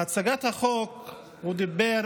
בהצגת החוק הוא דיבר